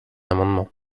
amendement